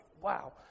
wow